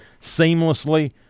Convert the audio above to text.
seamlessly